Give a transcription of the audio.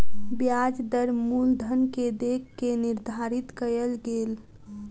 ब्याज दर मूलधन के देख के निर्धारित कयल गेल